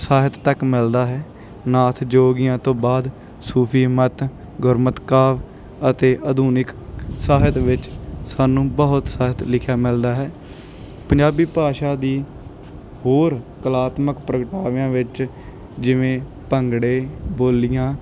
ਸਾਹਿਤ ਤੱਕ ਮਿਲਦਾ ਹੈ ਨਾਥ ਜੋਗੀਆਂ ਤੋਂ ਬਾਅਦ ਸੂਫੀ ਮੱਤ ਗੁਰਮਤਿ ਕਾਵਿ ਅਤੇ ਆਧੁਨਿਕ ਸਾਹਿਤ ਵਿੱਚ ਸਾਨੂੰ ਬਹੁਤ ਸਾਹਿਤ ਲਿਖਿਆ ਮਿਲਦਾ ਹੈ ਪੰਜਾਬੀ ਭਾਸ਼ਾ ਦੀ ਹੋਰ ਕਲਾਤਮਕ ਪ੍ਰਗਟਾਵਿਆਂ ਵਿੱਚ ਜਿਵੇਂ ਭੰਗੜੇ ਬੋਲੀਆਂ